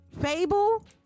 Fable